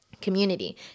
community